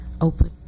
open